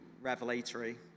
revelatory